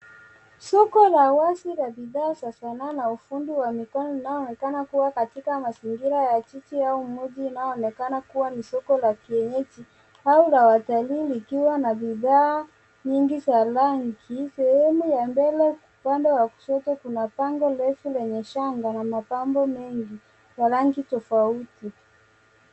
Soko la wazi la bidhaa za sanaa na ufundi wa mikono unaoonekana kuwa katika mazingira ya jiji au mji unaoonekana kuwa ni soko la kienyeji au la wataali likiwa na bidhaa nyingi za rangi. sehemu ya mbele upande wa kushoto kuna panga refu lenye shanga na mapambo mengi ya rangi tofauti.